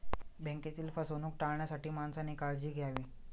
बँकेतील फसवणूक टाळण्यासाठी माणसाने काळजी घ्यावी